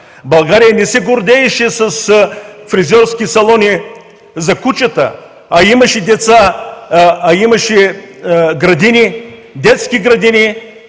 България не се гордееше с фризьорски салони за кучета, а имаше деца,